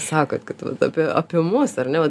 sakot kad vat apie apie mus ar ne vat